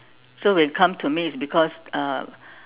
so when come to me it's because uh